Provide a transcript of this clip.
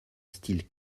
style